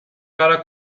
cara